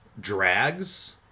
drags